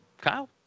Kyle